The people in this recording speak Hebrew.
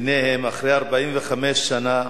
ביניהם, אחרי 45 שנה